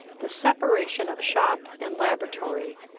the separation of shop and laboratory,